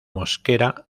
mosquera